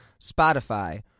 Spotify